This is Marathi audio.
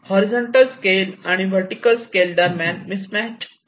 हॉरीझॉन्टल स्केल आणि वर्टीकल स्केल दरम्यान मिस मॅच असू शकतो